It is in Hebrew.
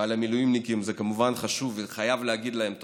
ועל המילואימניקים זה כמובן חשוב וחייבים להגיד להם תודה,